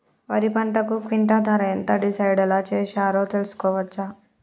వరి పంటకు క్వింటా ధర ఎంత డిసైడ్ ఎలా చేశారు తెలుసుకోవచ్చా?